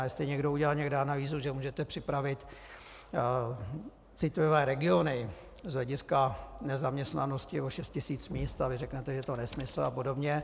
A jestli někdo udělal někde analýzu, že můžete připravit citlivé regiony z hlediska nezaměstnanosti o šest tisíc míst, a vy řeknete je to nesmysl a podobně...